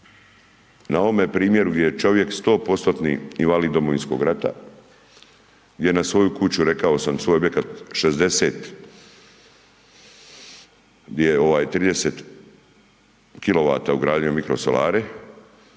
na ovome primjeru gdje je čovjek 100%-tni invalid Domovinskog rata, gdje je na svoju kuću rekao sam, svoj objekat 60 000, gdje je 30 kw ugradio mikrosolare,